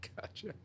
gotcha